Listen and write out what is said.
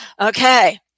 Okay